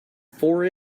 for